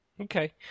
Okay